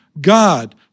God